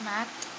Math